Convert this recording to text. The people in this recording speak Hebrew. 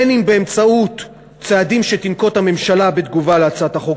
אם באמצעות צעדים שתנקוט הממשלה בתגובה להצעת החוק